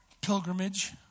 pilgrimage